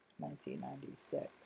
1996